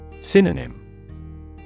Synonym